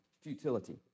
futility